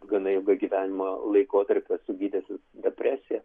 gana ilgą gyvenimo laikotarpį esu gydęsis depresiją